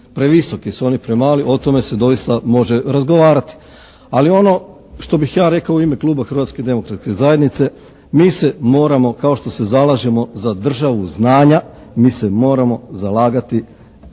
previsoki, jesu oni premali, o tome se doista može razgovarati. Ali ono što bih ja rekao u ime kluba Hrvatske demokratske zajednice, mi se moramo kao što se zalažemo za državu znanja, mi se moramo zalagati i